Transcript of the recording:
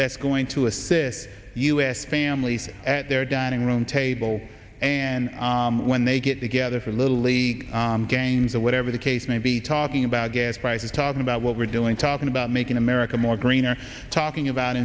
that's going to assist us families at their dining room table and when they get together for a little league games or whatever the case may be talking about gas prices talking about what we're doing talking about making america more greener talking about